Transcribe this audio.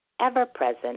ever-present